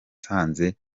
terambere